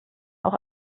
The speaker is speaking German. auch